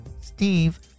Steve